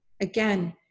again